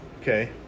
okay